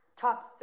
top